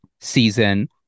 season